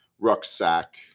Rucksack